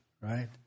Right